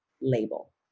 label